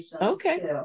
okay